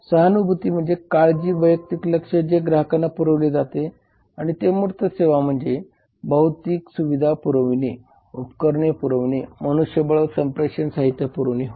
सहानुभूती म्हणजे काळजी वैयक्तिक लक्ष जे ग्राहकांना पुरवले जाते आणि मूर्त सेवा म्हणजे भौतिक सुविधा पुरविणे उपकरणे पुरविणे मनुष्यबळ व संप्रेषण साहित्य पुरविणे होय